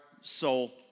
soul